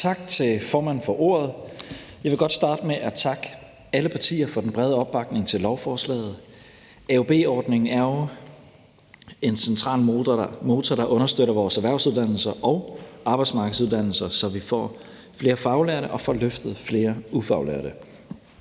Tak til formanden for ordet. Jeg vil godt starte med at takke alle partier for den brede opbakning til lovforslaget. AUB-ordningen er jo en central motor, der understøtter vores erhvervsuddannelser og arbejdsmarkedsuddannelser, så vi får flere faglærte og får løftet flere ufaglærte.